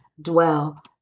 dwell